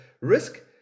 risk